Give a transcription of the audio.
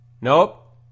Nope